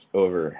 over